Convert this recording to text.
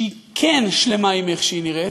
שהיא כן שלמה עם איך שהיא נראית,